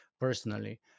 personally